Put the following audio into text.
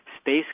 space